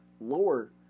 lower